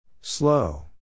Slow